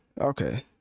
okay